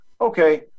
okay